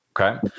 Okay